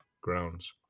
grounds